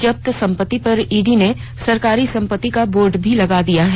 जब्त संपत्ति पर ईडी ने सरकारी संपत्ति का बोर्ड भी लगा दिया है